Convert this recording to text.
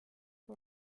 for